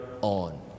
on